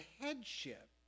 headship